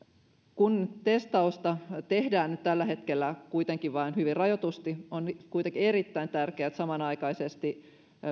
kun testausta tehdään nyt tällä hetkellä kuitenkin vain hyvin rajatusti on erittäin tärkeää että samanaikaisesti